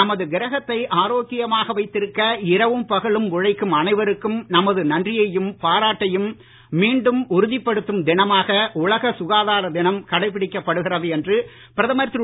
நமது கிரகத்தை ஆரோக்கியமாக வைத்திருக்க இரவும் பகலும் உழைக்கும் அனைவருக்கும் நமது நன்றியையும் பாராட்டையும் மீண்டும் உறுதிப்படுத்தும் தினமாக உலக சுகாதார தினம் கடைபிடிக்கப்படுகிறது என்று பிரதமர் திரு